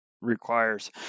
requires